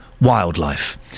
wildlife